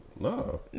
No